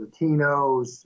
Latinos